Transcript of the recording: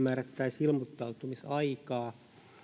määrättäisi ilmoittautumisaikaa on